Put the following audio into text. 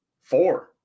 Four